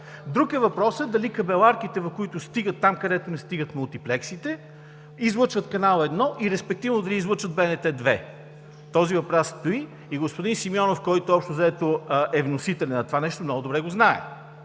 Друг е въпросът дали кабеларките, които стигат там, където не стигат мултиплексите, излъчват Канал 1 и респективно дали излъчват БНТ 2. Този въпрос стои и господин Симеонов, който, общо взето, е вносителят на това нещо много добре го знае.